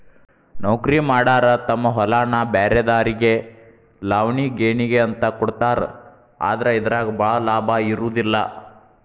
ನೌಕರಿಮಾಡಾರ ತಮ್ಮ ಹೊಲಾನ ಬ್ರ್ಯಾರೆದಾರಿಗೆ ಲಾವಣಿ ಗೇಣಿಗೆ ಅಂತ ಕೊಡ್ತಾರ ಆದ್ರ ಇದರಾಗ ಭಾಳ ಲಾಭಾ ಇರುದಿಲ್ಲಾ